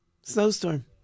Snowstorm